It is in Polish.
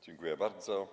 Dziękuję bardzo.